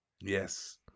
yes